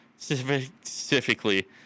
specifically